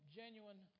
genuine